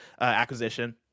acquisition